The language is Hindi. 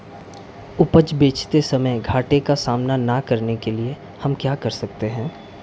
उपज बेचते समय घाटे का सामना न करने के लिए हम क्या कर सकते हैं?